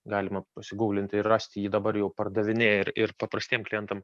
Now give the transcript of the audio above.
galima pasiguglinti ir rasti jį dabar jau pardavinėja ir ir paprastiem klientam